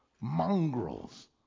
mongrels